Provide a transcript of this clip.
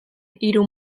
hiru